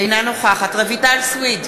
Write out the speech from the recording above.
אינה נוכחת רויטל סויד,